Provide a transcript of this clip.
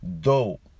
dope